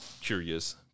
curious